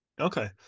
Okay